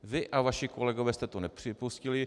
Vy a vaši kolegové jste to nepřipustili.